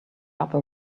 upper